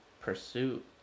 pursuit